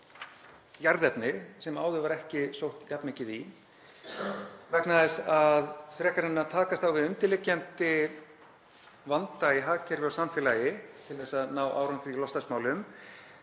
jarðefni sem áður var ekki sótt jafn mikið í vegna þess að frekar en að takast á við undirliggjandi vanda í hagkerfi og samfélagi til að ná árangri í loftslagsmálum